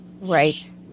Right